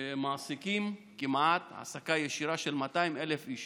שמעסיקים כמעט 200,000 איש